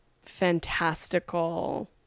fantastical